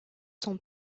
son